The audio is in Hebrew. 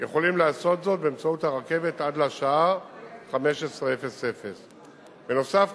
יכולים לעשות זאת באמצעות הרכבת עד לשעה 15:00. בנוסף,